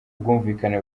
bwumvikane